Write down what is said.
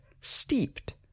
Steeped